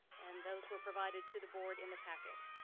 and those were provided to the board in the packet.